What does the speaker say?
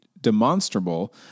demonstrable